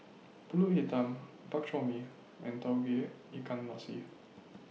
Pulut Hitam Bak Chor Mee and Tauge Ikan Masin